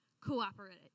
cooperate